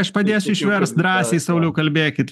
aš padėsiu išverst drąsiai sauliau kalbėkit